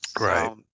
Right